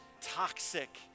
toxic